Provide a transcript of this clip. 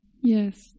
Yes